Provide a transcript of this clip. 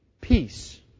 peace